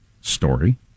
story